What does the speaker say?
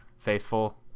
Faithful